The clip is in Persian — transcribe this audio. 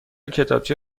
کتابچه